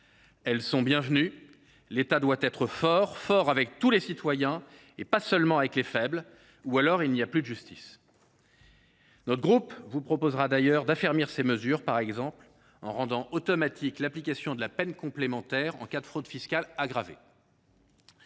Elles sont bienvenues. L’État doit être fort, fort avec tous les citoyens et pas seulement avec les faibles, ou alors il n’y a plus de justice. Notre groupe vous proposera d’ailleurs d’affermir ces mesures, par exemple en rendant automatique l’application de la peine complémentaire en cas de fraude fiscale aggravée.